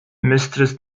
mistress